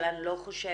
אבל אני לא חושבת